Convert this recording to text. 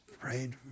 prayed